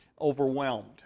overwhelmed